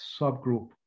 subgroup